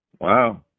Wow